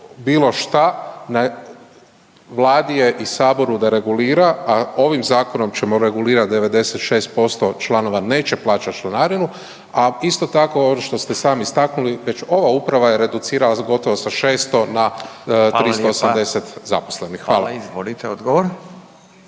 bilo šta, na vladi je i saboru da regulira, a ovim zakonom ćemo regulirat 96% članova neće plaćat članarinu, a isto tako ovo što ste sami istaknuli već ova uprava je reducirala s gotovo sa 600 na 380 zaposlenih. Hvala. **Radin, Furio